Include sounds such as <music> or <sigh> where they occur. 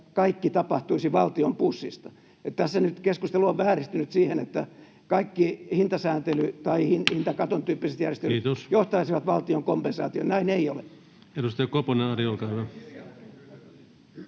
että kaikki tapahtuisi valtion pussista. Tässä nyt keskustelu on vääristynyt niin, että kaikki hintasääntely tai <noise> hintakaton tyyppiset järjestelyt [Puhemies: Kiitos!] johtaisivat valtion kompensaatioon. Näin ei ole.